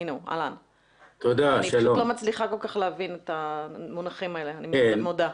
אני לא מצליחה להבין את המונחים שציינת.